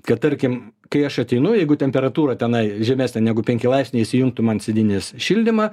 kad tarkim kai aš ateinu jeigu temperatūra tenai žemesnė negu penki laipsniai jis įjungtų man sėdynės šildymą